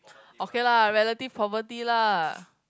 okay lah relative poverty lah